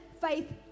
faith